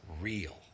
real